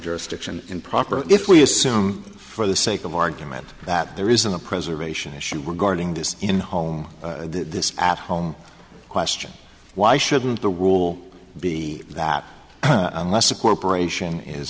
jurisdiction improper if we assume for the sake of argument that there isn't a preservation issue regarding this in home this after question why shouldn't the rule be that unless a corporation is